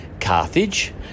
Carthage